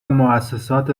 موسسات